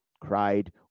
cried